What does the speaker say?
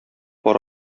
пар